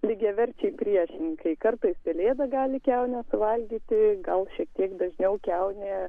lygiaverčiai priešininkai kartais pelėda gali kiaunę suvalgyti gal šiek tiek dažniau kiaunė